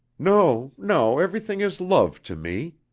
no, no. everything is love to me.